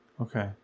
Okay